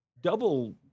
double